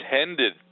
intended